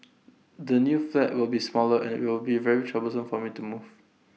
the new flat will be smaller and will be very troublesome for me to move